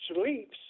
sleeps